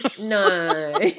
No